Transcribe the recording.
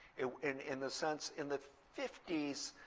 in in the sense, in the fifty s,